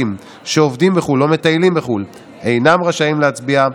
שעובדים בחו"ל או מטיילים בחו"ל אינם רשאים להצביע,